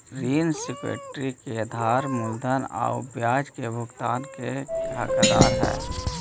ऋण सिक्योरिटी के धारक मूलधन आउ ब्याज के भुगतान के हकदार हइ